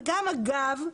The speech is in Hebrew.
ואגב,